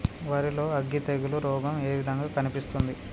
వరి లో అగ్గి తెగులు రోగం ఏ విధంగా కనిపిస్తుంది?